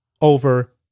over